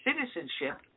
citizenship